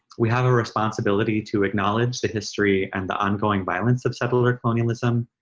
we have a responsibility to acknowledge the history and the ongoing violence of settler colonialism,